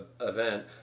event